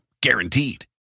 Guaranteed